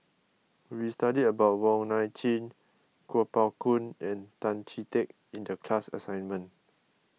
we studied about Wong Nai Chin Kuo Pao Kun and Tan Chee Teck in the class assignment